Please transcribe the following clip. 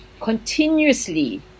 continuously